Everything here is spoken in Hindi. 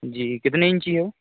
जी कितने इंची है